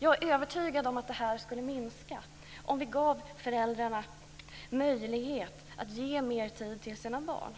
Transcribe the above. Jag är övertygad om att det här skulle minska om vi gav föräldrarna möjlighet att ge mer tid till sina barn.